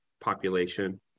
population